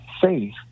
faith